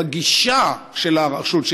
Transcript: בגישה של הרשות,